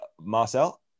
Marcel